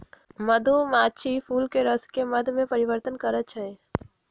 मधुमाछी फूलके रसके मध में परिवर्तन करछइ